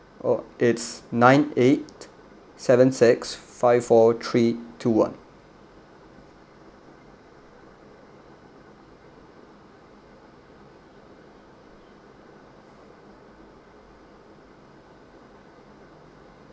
oh it's nine eight seven six five four three two one